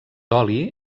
oli